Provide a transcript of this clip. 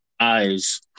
Eyes